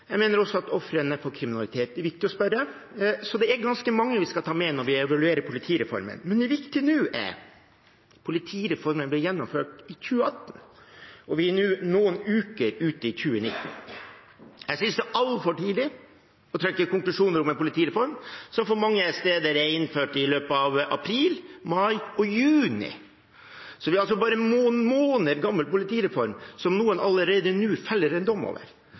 Jeg mener også at ofrene for kriminalitet er viktig å spørre. Så det er ganske mange vi skal ta med når vi evaluerer politireformen. Men det viktige nå er: Politireformen ble gjennomført i 2018, og vi er nå noen uker ut i 2019. Jeg synes det er altfor tidlig å trekke konklusjoner om en politireform som mange steder er innført i løpet av april, mai og juni. Vi har altså en bare noen måneder gammel politireform, som noen allerede nå feller en dom over.